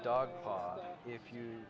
dog if you